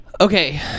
Okay